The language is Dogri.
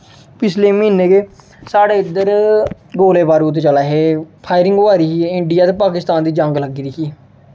पिछले म्हीनें गै साढ़े इद्धर गोले बारूद चला दे हे फायरिंग होआ दी ही इंडिया ते पाकिस्तान दी जंग लग्गी दी ही